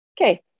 okay